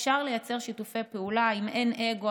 אפשר לייצר שיתופי פעולה אם אין אגו